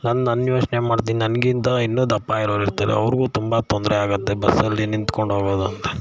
ನನ್ನ ನನ್ನ ಯೋಚನೆ ಮಾಡ್ತೀನಿ ನನಗಿಂತ ಇನ್ನೂ ದಪ್ಪ ಇರೋರು ಇರ್ತಾರೆ ಅವ್ರಿಗೂ ತುಂಬ ತೊಂದರೆಯಾಗುತ್ತೆ ಬಸ್ಸಲ್ಲಿ ನಿಂತ್ಕೊಂಡೋಗೋದು ಅಂದರೆ